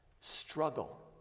Struggle